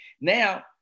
Now